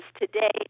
today